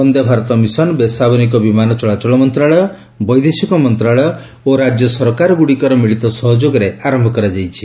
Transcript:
Vande Bharat mission ବେସାମରିକ ବିମାନ ଚଳାଚଳ ମନ୍ତ୍ରଣାଳୟ ବୈଦେଶିକ ମନ୍ତ୍ରଣାଳୟ ଓ ରାଜ୍ୟ ସରକାରଗୁଡ଼ିକର ମିଳିତ ସହଯୋଗରେ ଆରମ୍ଭ କରାଯାଇଛି